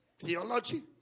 theology